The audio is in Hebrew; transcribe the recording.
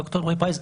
ד"ר אלרעי-פרייס,